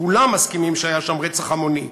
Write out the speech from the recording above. כולם מסכימים שהיה שם רצח המוני,